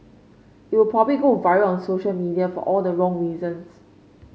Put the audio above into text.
it would probably go viral on social media for all the wrong reasons